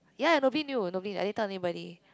ya nobody knew nobody I didn't tell anybody